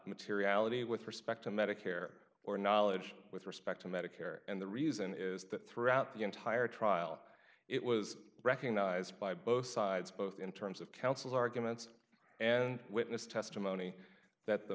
materiality with respect to medicare or knowledge with respect to medicare and the reason is that throughout the entire trial it was recognized by both sides both in terms of counsel's arguments and witness testimony that the